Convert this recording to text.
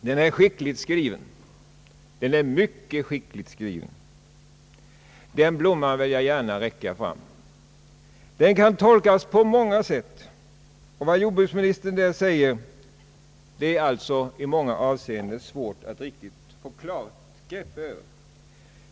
Den är mycket skickligt skriven — den blomman vill jag gärna överräcka. Den kan tolkas på många sätt, och vad jordbruksministern uttalar är det alltså i många avseenden svårt att riktigt få klart grepp om.